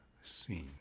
scene